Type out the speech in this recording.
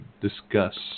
discuss